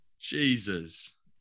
Jesus